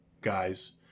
guys